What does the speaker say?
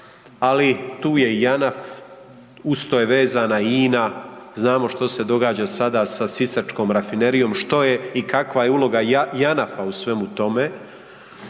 ali tu je JANAF, uz to je vezana i INA, znamo što se događa sada sa sisačkom rafinerijom što je i kakva je uloga JANAF-a u svemu tome.